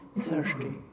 thirsty